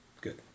Good